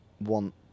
want